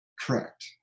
correct